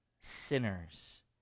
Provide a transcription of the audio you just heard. Sinners